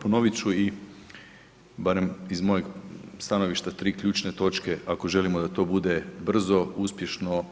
Ponovit ću i barem iz mog stanovišta tri ključne točke ako želimo da to bude brzo, uspješno